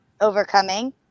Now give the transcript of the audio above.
overcoming